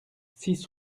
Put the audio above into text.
six